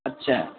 اچھا